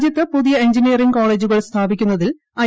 രാജ്യത്ത് പുതിയ എഞ്ചിനീയറിംഗ് കോളേജുകൾ സ്ഥാപിക്കുന്നതിൽ ഐ